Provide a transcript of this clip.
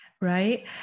Right